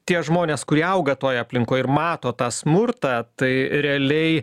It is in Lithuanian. tie žmonės kurie auga toj aplinkoj ir mato tą smurtą tai realiai